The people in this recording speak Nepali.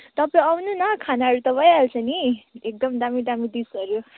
तपाईँ आउनु न खानाहरू त भइहाल्छ नि एकदम दामी दामी डिसहरू